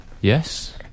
Yes